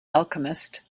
alchemist